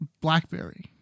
blackberry